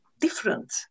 different